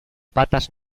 patas